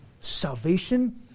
salvation